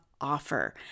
offer